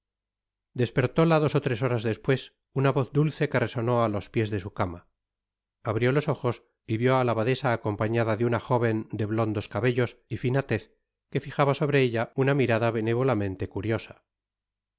despertóla dos ó tres horas despues una voz dulce que resonó á los pies de su cama abrió los ojos y vió á la abadesa acompañada de una jóven de blondos cabellos y fina tez que fijaba sobre ella una mirada benévolamente cariosa